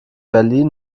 berlin